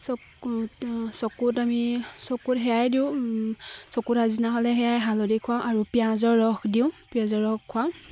চকু চকুত আমি চকুত সেয়াই দিওঁ চকুত আজিনা হ'লে সেয়াই হালধি খোৱাওঁ আৰু পিঁয়াজৰ ৰস দিওঁ পিঁয়াজৰ ৰস খুৱাও